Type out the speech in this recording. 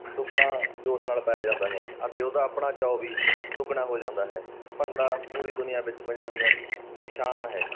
ਦੁੱਗਣਾ ਜੋਸ਼ ਨਾਲ ਪਾਇਆ ਜਾਂਦਾ ਹੈ ਅਤੇ ਉਹਦਾ ਆਪਣਾ ਚਾਅ ਵੀ ਦੁੱਗਣਾ ਹੋ ਜਾਂਦਾ ਹੈ ਭੰਗੜਾ ਪੂਰੀ ਦੁਨੀਆਂ ਵਿੱਚ ਪੰਜਾਬੀਆਂ ਦੀ ਸ਼ਾਨ ਹੈ